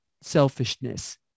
selfishness